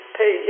pay